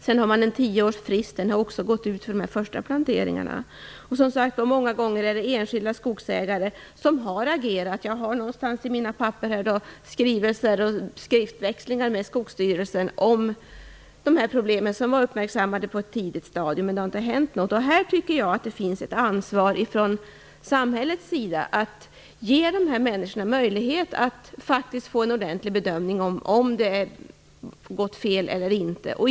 Dels har tioårsfristen för de första planteringarna gått ut. Många gånger är det, som sagt, enskilda skogsägare som har agerat. Jag har bland mina papper skrivelser och även skriftväxling med Skogsstyrelsen om de här problemen. De uppmärksammades på ett tidigt stadium. Ändå har det inte hänt något. Här tycker jag att samhället har ett ansvar när det gäller att ge de här människorna möjlighet att faktiskt få en ordentlig bedömning av om det har gått fel eller inte.